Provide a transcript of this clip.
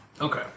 Okay